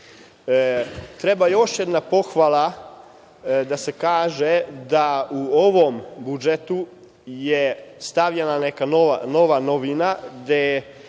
Treba još jedna pohvala da se kaže da u ovom budžetu je stavljena neka nova novina,